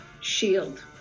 shield